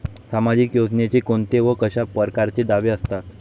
सामाजिक योजनेचे कोंते व कशा परकारचे दावे असतात?